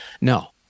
No